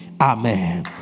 Amen